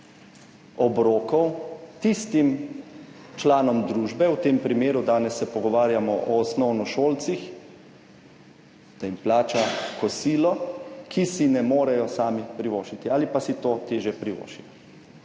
obrokov tistim članom družbe – v tem primeru se danes pogovarjamo o osnovnošolcih –, da jim plača kosilo, ki si ne morejo sami privoščiti ali pa si to težje privoščijo.